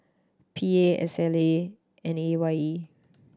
P A S and E Y E